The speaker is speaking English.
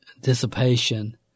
Dissipation